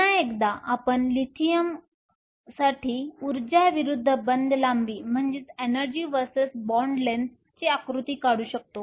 पुन्हा एकदा आपण लिथियमसाठी उर्जा विरूद्ध बंध लांबी आकृती काढू शकतो